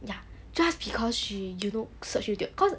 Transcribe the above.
ya just because she you know search youtube cause